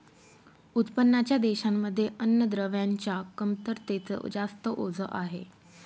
उत्पन्नाच्या देशांमध्ये अन्नद्रव्यांच्या कमतरतेच जास्त ओझ आहे